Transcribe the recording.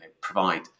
provide